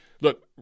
Look